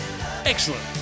excellent